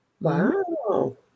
Wow